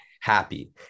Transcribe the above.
happy